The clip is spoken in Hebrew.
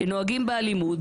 נוהגים באלימות,